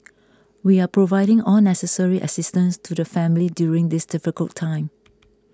we are providing all necessary assistance to the family during this difficult time